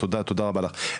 תודה רבה לך.